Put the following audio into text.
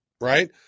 Right